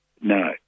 No